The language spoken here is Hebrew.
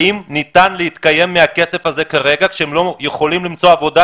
האם ניתן להתקיים מהכסף הזה כרגע כשהם לא יכולים למצוא עבודה,